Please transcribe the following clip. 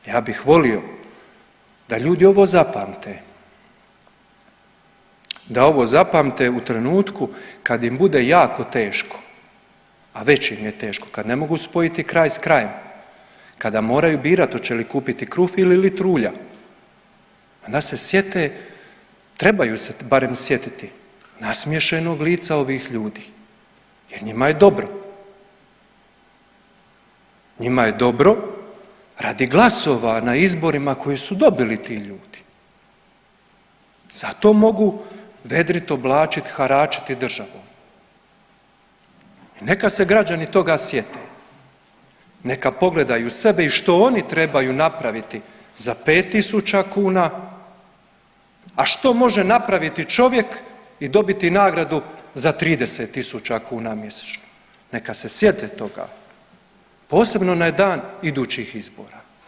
Ja bih volio da ljudi ovo zapamte, da ovo zapamte u trenutku kad im bude jako teško, a već im je teško kad ne mogu spojiti kraj s krajem, kada moraju birat oće li kupiti kruh ili litru ulja onda se sjete, trebaju se barem sjetiti nasmiješenog lica ovih ljudi jer njima je dobro, njima je dobro radi glasova na izborima koji su dobili ti ljudi, zato mogu vedrit, oblačit i haračiti državom i neka se građani toga sjete, neka pogledaju sebe i što oni trebaju napraviti za 5 tisuća kuna, a što može napraviti čovjek i dobiti nagradu za 30 tisuća kuna mjesečno, neka se sjete toga, posebno na onaj dan idućih izbora.